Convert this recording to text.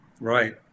Right